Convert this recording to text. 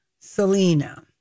Selena